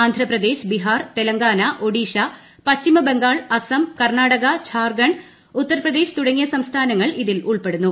ആന്ധ്രപ്രദേശ് ബിഹാർ തെലങ്കാന ഒഡീഷ പശ്ചിമബംഗാൾ അസം കർണാടക ഝാർഖണ്ഡ് ഉത്തർപ്രദേശ് തുടങ്ങിയ സംസ്ഥാനങ്ങൾ ഇതിൽ ഉൾപ്പെടുന്നു